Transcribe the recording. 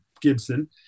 Gibson